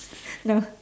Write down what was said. no